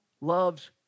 loves